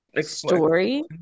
story